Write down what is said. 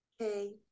Okay